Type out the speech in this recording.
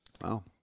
Wow